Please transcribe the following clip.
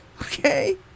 okay